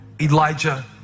Elijah